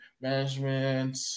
management